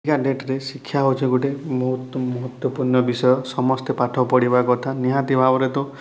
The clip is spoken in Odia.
ଆଜିକା ଡେଟ୍ରେ ଶିକ୍ଷା ହଉଛେ ଗୁଟେ ବହୁତ୍ ମହତ୍ତ୍ୱପୁର୍ଣ୍ଣ ବିଷୟ ସମସ୍ତେ ପାଠ ପଢ଼ିବା କଥା ନିହାତି ଭାବରେ ତୋ